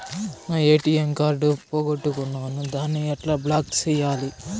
నా ATM card పోగొట్టుకున్నాను, దాన్ని ఎట్లా బ్లాక్ సేయాలి?